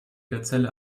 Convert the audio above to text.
gazelle